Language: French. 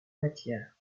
matière